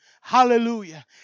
Hallelujah